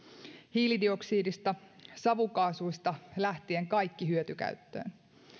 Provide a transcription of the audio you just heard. hiilidioksidista savukaasuista lähtien kaikki hyötykäyttöön